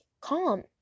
calm